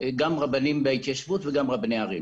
גם רבנים בהתיישבות וגם רבני ערים.